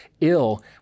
ill